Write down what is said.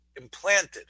implanted